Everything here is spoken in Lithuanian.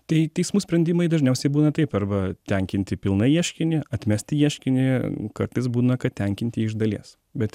tai teismų sprendimai dažniausiai būna taip arba tenkinti pilnai ieškinį atmesti ieškinį kartais būna kad tenkinti iš dalies bet